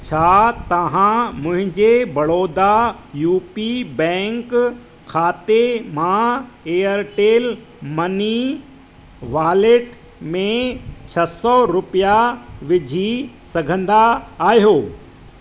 छा तव्हां मुंहिंजे बड़ौदा यू पी बैंक खाते मां एयरटेल मनी वालेट में छह सौ रुपया विझी सघंदा आहियो